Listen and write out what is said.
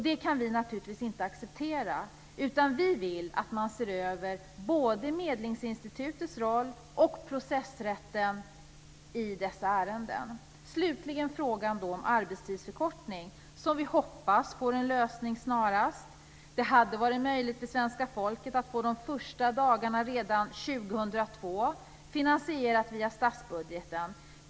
Det kan vi naturligtvis inte acceptera, utan vi vill att man ser över både Medlingsinstitutets roll och processrätten i dessa ärenden. Slutligen vill jag ta upp frågan om arbetstidsförkortning, som vi hoppas får en lösning snarast. Det hade varit möjligt för svenska folket att få de första dagarna redan 2002 finansierade via statsbudgeten.